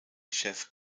chef